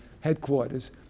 headquarters